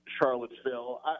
Charlottesville